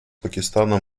пакистаном